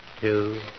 two